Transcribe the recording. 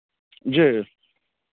जी